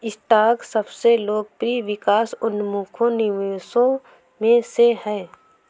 stock सबसे लोकप्रिय विकास उन्मुख निवेशों में से है